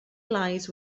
lies